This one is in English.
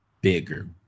bigger